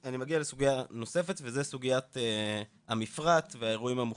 אני מגיע לסוגיה נוספת שהיא סוגיית המפרט והאירועים המוכרזים.